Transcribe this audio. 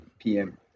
PM